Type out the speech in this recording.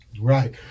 right